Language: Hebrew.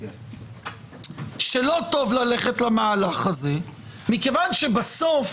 שלא טוב ללכת למהלך הזה מכיוון שבסוף,